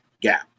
gap